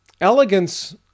elegance